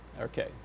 okay